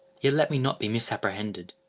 yet let me not be misapprehended.